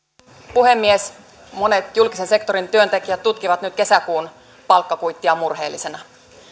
puhemies monet julkisen sektorin työntekijät tutkivat nyt kesäkuun palkkakuittia murheellisena